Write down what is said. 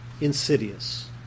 insidious